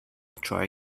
try